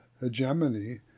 hegemony